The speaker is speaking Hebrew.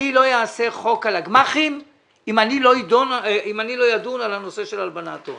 אני לא אחוקק חוק על הגמ"חים אם אני לא אדון בנושא הלבנת הון.